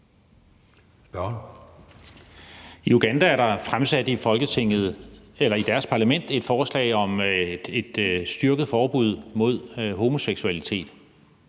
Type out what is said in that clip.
I Uganda har de i deres parlament fremsat et forslag om et styrket forbud mod homoseksualitet,